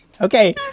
okay